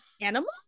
animal